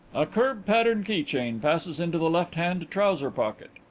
a curb-pattern key-chain passes into the left-hand trouser pocket.